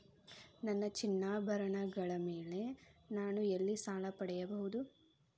ನನ್ನ ಚಿನ್ನಾಭರಣಗಳ ಮೇಲೆ ನಾನು ಎಲ್ಲಿ ಸಾಲ ಪಡೆಯಬಹುದು?